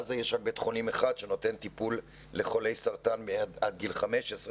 בעזה יש רק בית חולים אחד שנותן טיפול לחולי סרטן עד גיל 15,